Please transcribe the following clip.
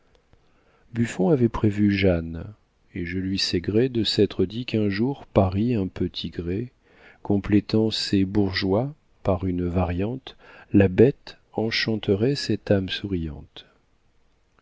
buffon avait prévu jeanne et je lui sais gré de s'être dit qu'un jour paris un peu tigré complétant ses bourgeois par une variante la bête enchanterait cette âme souriante